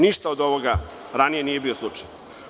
Ništa od ovoga nije ranije bio slučaj.